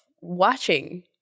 watching